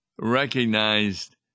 recognized